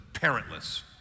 parentless